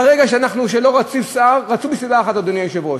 ברגע שלא רצו שר, רצו מסיבה אחת, אדוני היושב-ראש: